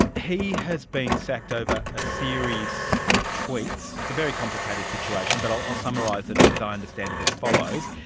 he has been sacked over a series of tweets, it's a very complicated situation but i'll summarise it as i understand it as follows,